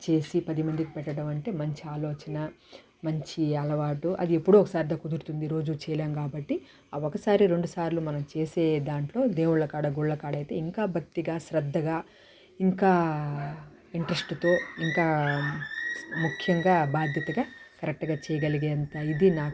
చేసి పది మందికి పెట్టడం అంటే మంచి ఆలోచన మంచి అలవాటు అది ఎప్పుడో ఒకసారిద కుదురుతుంది రోజు చేయలేం కాబట్టి ఆ ఒకసారి రెండుసార్లు మనం చేసే దాంట్లో దేవుళ్ళ కాడ గుళ్ళ కాడ అయితే ఇంకా భక్తిగా శ్రద్ధగా ఇంకా ఇంట్రెస్ట్తో ఇంకా ముఖ్యంగా బాధ్యతగా కరెక్ట్గా చేయగలిగే అంత ఇది నాకు